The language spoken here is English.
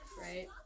right